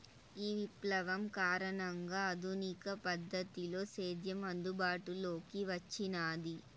ఈ విప్లవం కారణంగా ఆధునిక పద్ధతిలో సేద్యం అందుబాటులోకి వచ్చినాది